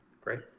Great